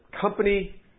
company